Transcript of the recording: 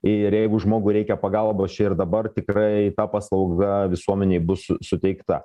ir jeigu žmogui reikia pagalbos čia ir dabar tikrai ta paslauga visuomenei bus suteikta